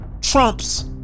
trumps